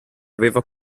aveva